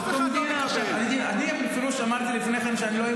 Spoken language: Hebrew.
עזוב, אני גם עכשיו רחוק, אבל קרוב אליך בלב.